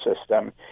system